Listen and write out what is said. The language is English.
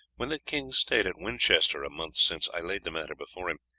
when the king stayed at winchester, a month since, i laid the matter before him.